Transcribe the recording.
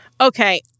Okay